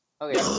okay